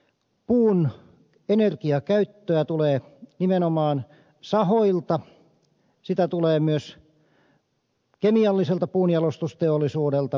puun energiakäyttöä tulee nimenomaan sahoilta sitä tulee myös kemialliselta puunjalostusteollisuudelta